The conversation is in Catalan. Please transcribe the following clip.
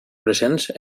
presents